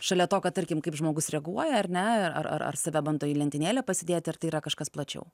šalia to kad tarkim kaip žmogus reaguoja ar ne ar ar ar save bando į lentynėlę pasidėti ar tai yra kažkas plačiau